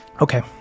Okay